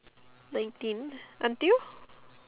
nineteen until